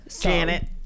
Janet